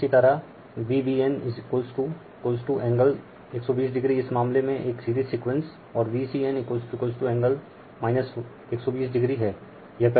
इसी तरह Vbn angle 120o इस मामले में एक सीरीज सीक्वेंस और Vcn एंगल 120o हैं